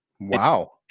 Wow